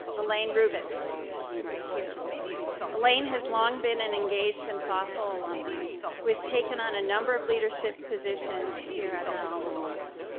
elaine rubin, who is sitting right here elaine has long been an engaged and thoughtful alumna who has taken on a number of leadership positions here at her alma mater.